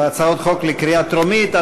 אני קובע כי הצעת החוק אושרה בקריאה טרומית,